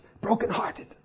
brokenhearted